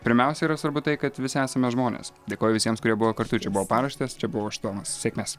pirmiausia yra svarbu tai kad visi esame žmonės dėkojo visiems kurie buvo kartu čia buvo paraštės čia buvau aš tomas sėkmės